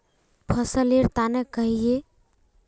फसल लेर तने कहिए?